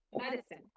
medicine